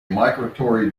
migratory